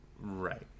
Right